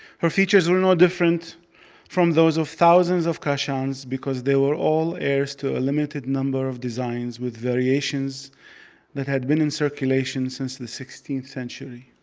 her features were no different from those of thousands of kashans, because they were all heirs to a limited number of designs with variations that had been in circulation since the sixteenth century.